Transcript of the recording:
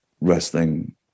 wrestling